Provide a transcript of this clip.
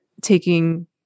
taking